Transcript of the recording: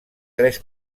tres